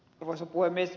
arvoisa puhemies